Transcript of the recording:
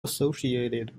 associated